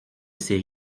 ces